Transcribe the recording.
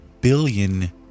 billion